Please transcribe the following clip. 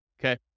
Okay